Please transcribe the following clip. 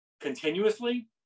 continuously